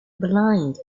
blind